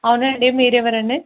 అవునండి మీరెవరండి